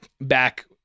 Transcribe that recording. back